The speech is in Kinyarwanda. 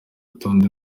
rutonde